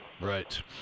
Right